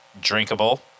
drinkable